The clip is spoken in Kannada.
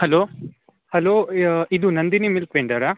ಹಲೋ ಹಲೋ ಯಾ ಇದು ನಂದಿನಿ ಮಿಲ್ಕ್ ಪೆಂಡರಾ